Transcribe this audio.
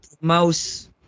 mouse